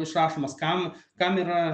išrašomas kam kam yra